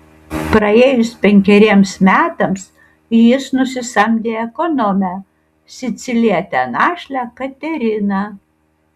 praėjus penkeriems metams jis nusisamdė ekonomę sicilietę našlę kateriną